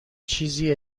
چیزی